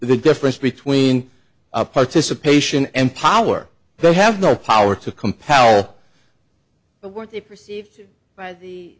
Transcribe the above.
the difference between participation and power they have no power to compel but what they perceive